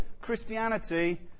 Christianity